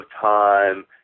time